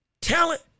talent